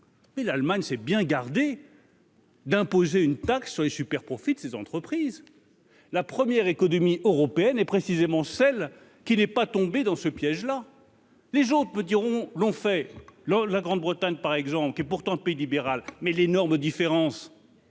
et l'Allemagne s'est bien gardé. D'imposer une taxe sur les superprofits de ces entreprises, la première économie européenne est précisément celle qui n'est pas tomber dans ce piège-là. Les gens peut dire on l'ont fait, la Grande Bretagne par exemple, qui est pourtant pays libéral mais l'énorme différence.